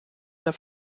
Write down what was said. der